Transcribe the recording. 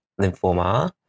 lymphoma